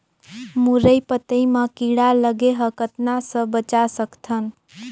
मुरई पतई म कीड़ा लगे ह कतना स बचा सकथन?